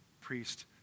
priest